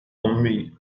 أمي